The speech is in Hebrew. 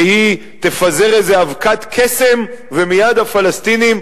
שהיא תפזר איזו אבקת קסם ומייד הפלסטינים,